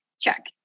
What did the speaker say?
check